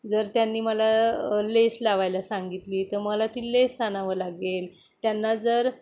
जर त्यांनी मला लेस लावायला सांगितली तर मला ती लेस आणावं लागेल त्यांना जर